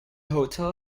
hotel